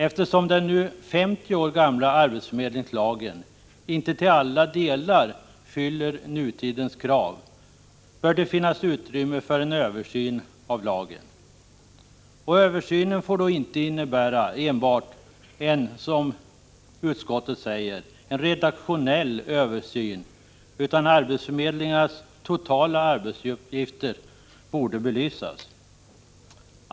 Eftersom den nu 50 år gamla arbetsförmedlingslagen inte till alla delar fyller nutidens krav bör det finnas utrymme för en översyn av lagen. Den får då inte innebära enbart — som utskottet säger — en redaktionell översyn, utan arbetsförmedlingarnas totala arbetsuppgifter bör belysas.